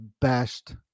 best